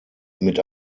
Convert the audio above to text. mit